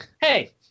Hey